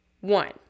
one